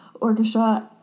orchestra